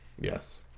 Yes